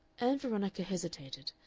ann veronica hesitated,